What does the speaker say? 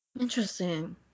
Interesting